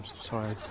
sorry